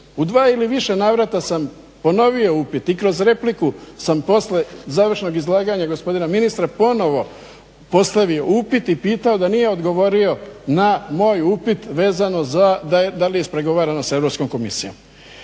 U dva ili više navrata sam ponovio upit i kroz repliku sam poslije završnog izlaganja gospodina ministra, ponovo postavio upit i pitao da nije odgovorio na moj upit vezano za, da li je ispregovarano sa Europskom komisijom?